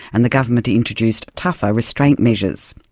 and the government introduced tougher restraint measures.